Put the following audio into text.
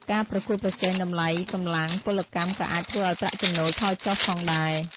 ការប្រកួតប្រជែងតម្លៃកម្លាំងពលកម្មក៏អាចធ្វើឱ្យប្រាក់ចំណូលថយចុះផងដែរ។